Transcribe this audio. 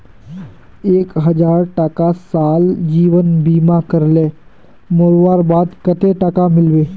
एक हजार टका साल जीवन बीमा करले मोरवार बाद कतेक टका मिलबे?